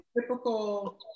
typical